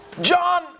John